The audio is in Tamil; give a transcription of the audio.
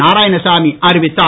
நாராயணசாமி அறிவித்தார்